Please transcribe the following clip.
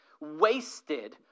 wasted